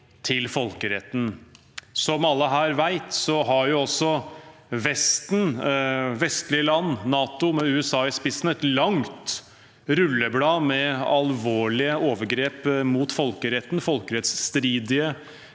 Som alle her vet, har også Vesten – vestlige land, NATO med USA i spissen – et langt rulleblad med alvorlige overgrep mot folkeretten, folkerettsstridige